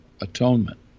atonement